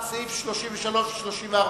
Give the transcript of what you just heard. סעיפים 33 34,